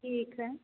ठीक है